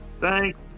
Thanks